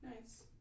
Nice